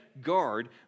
guard